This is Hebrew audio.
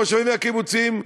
המושבים והקיבוצים,